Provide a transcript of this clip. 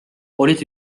olid